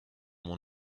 mon